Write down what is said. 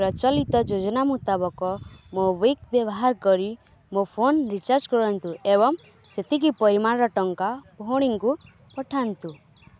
ପ୍ରଚଲିତ ଯୋଜନା ମୁତାବକ ମୋବିକ୍ ବ୍ୟବହାର କରି ମୋ ଫୋନ୍ ରିଚାର୍ଜ କରନ୍ତୁ ଏବଂ ସେତିକି ପରିମାଣର ଟଙ୍କା ଭଉଣୀଙ୍କୁ ପଠାନ୍ତୁ